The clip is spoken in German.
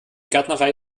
gärtnerei